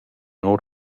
nus